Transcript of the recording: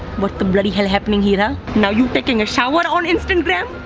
what the bloody hell happening here huh? now you taking a shower on instantgram?